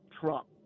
Trump